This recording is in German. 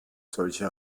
solche